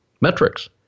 metrics